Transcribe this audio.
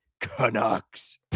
canucks